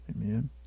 Amen